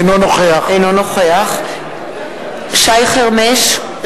אינו נוכח שי חרמש,